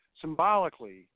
symbolically